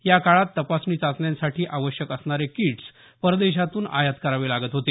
याकाळात तपासणी चाचण्यांसाठी आवश्यक असणारे किटसु परदेशातून आयात करावे लागत होते